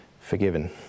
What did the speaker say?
forgiven